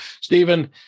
Stephen